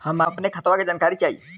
हम अपने खतवा क जानकारी चाही?